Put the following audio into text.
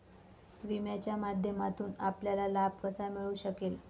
विम्याच्या माध्यमातून आपल्याला लाभ कसा मिळू शकेल?